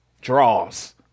draws